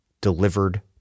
delivered